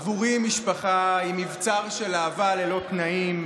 עבורי משפחה היא מבצר של אהבה ללא תנאים,